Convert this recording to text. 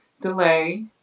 delay